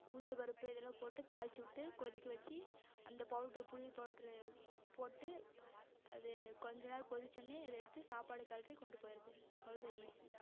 உளுந்து பருப்பு இதெல்லாம் போட்டு தாளித்து விட்டு கொதிக்க வச்சு அந்த பவுட்ரு புளி பவுட்ரு போட்டு அது கொஞ்ச நேரம் கொதிச்சோவுன்னே அதை எடுத்து சாப்பாடு கிளறி கொண்டு போயிடறது அவ்வளோதான் ஈஸி